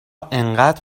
انقدر